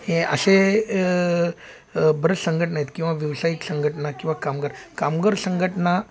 हे असे बरेच संघटना आहेत किंवा व्यवसायिक संघटना किंवा कामगार कामगार संघटना